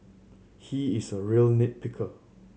he is a real nit picker